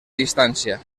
distància